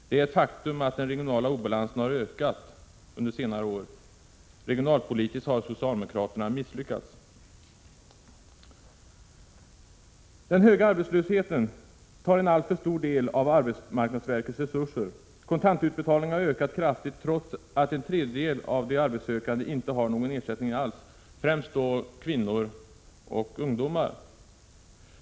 Det är ett faktum att den regionala obalansen har ökat under senare år. Regionalpolitiskt har socialdemokraterna misslyckats. Den höga arbetslösheten tar en alltför stor del av arbetsmarknadsverkets resurser. Kontantutbetalningarna har ökat kraftigt, trots att en tredjedel av de arbetssökande, främst kvinnor och ungdomar, inte har någon ersättning alls.